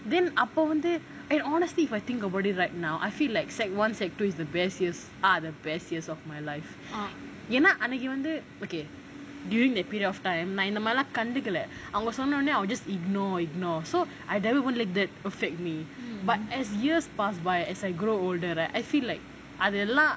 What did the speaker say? then அப்போ வந்து:appo vanthu eh honestly if I think about it right now I feel like secondary one secondary two is the best years are the best years of my life என்ன அன்னிக்கி வந்து:enna aniki vanthu okay during that period of time நான் இந்த மாரிலாம் கண்டுக்கல:naan intha maarilaam kandukala I will just ignore ignore so I never let that affect me but as years past by as I grow older right I feel like அது எல்லாம்:athu ellaam